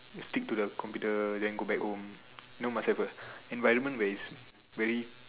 stick to the computer then go back home know must have a environment where is very